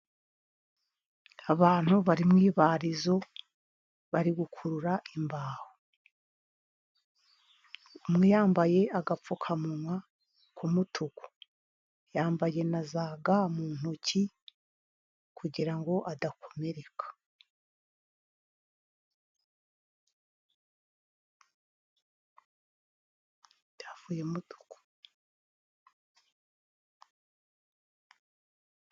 Abantu bari mu ibarizo bari gukurura imbaho. Umwe yambaye agapfukamunwa ku mutuku. Yambaye na za ga mu ntoki, kugira ngo adakomereka.